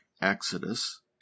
Exodus